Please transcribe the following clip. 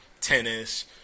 tennis